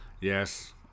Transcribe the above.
Yes